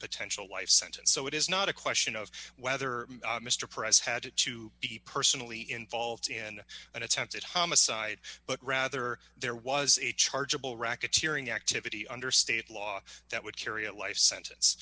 potential life sentence so it is not a question of whether mr price had to be personally involved in an attempted homicide but rather there was a chargeable racketeering activity under state law that would carry a life sentence